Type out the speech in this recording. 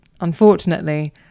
unfortunately